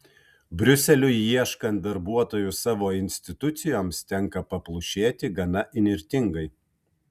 briuseliui ieškant darbuotojų savo institucijoms tenka paplušėti gana įnirtingai